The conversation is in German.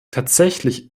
tatsächlich